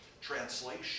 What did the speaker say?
translation